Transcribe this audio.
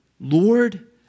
Lord